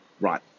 Right